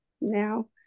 now